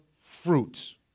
fruit